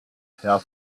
herr